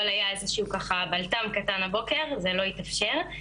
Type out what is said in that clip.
אבל היה איזשהו בלת"ם קטן הבוקר זה לא התאפשר.